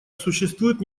существует